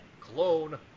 Clone